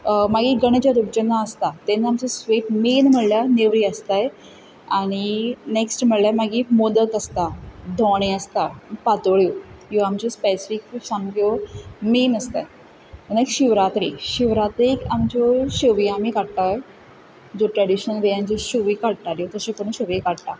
मागीर गणेश चतुर्थी जेन्ना आसता तेन्ना आमचे स्वीट मैन म्हणल्यार नेवरी आसताय आनी नेक्स्ट म्हणल्यार मागीर मोदक आसता दोणे आसता पातोळ्यो ह्यो आमच्यो स्पेसिफीक सामक्यो मैन आसता मागीर शिवरात्री शिवरात्रीक आमच्यो शेव्यो आमी काडटाय ज्यो ट्रॅडिशनल वेयान ज्यो शेव्यो काडटालीं तश्यो करून शेव्यो काडटा